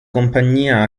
compagnia